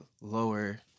lower